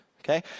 Okay